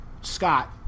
Scott